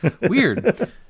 Weird